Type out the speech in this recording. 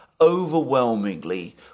overwhelmingly